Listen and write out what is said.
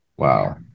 Wow